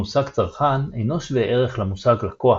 המושג צרכן אינו שווה ערך למושג לקוח